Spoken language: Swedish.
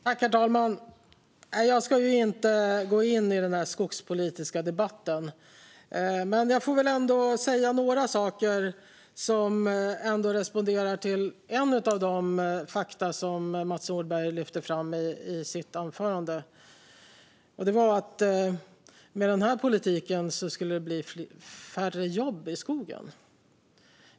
Herr talman! Jag ska inte gå in i den här skogspolitiska debatten, men jag får väl ändå säga något som responderar på en av de saker som Mats Nordberg lyfte fram i sitt anförande. Det var att med den här politiken skulle det bli färre jobb i skogen.